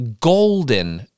golden